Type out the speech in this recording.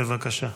בבקשה.